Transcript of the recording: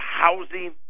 housing